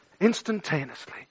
Instantaneously